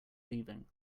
leaving